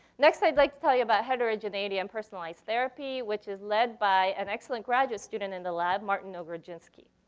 next i'd like to tell you about heterogeneity and personalized therapy, which is led by an excellent graduate student in the lab, martin ogrodzinski.